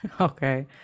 okay